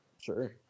Sure